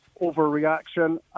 overreaction